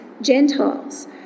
Gentiles